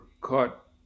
caught